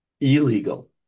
Illegal